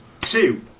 two